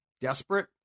desperate